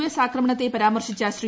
S ആക്രമണത്തെ പരാമർശിച്ച് ശ്രീ